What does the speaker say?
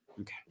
Okay